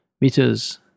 meters